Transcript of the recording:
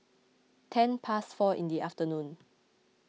ten past four in the afternoon